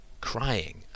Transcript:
crying